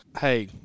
Hey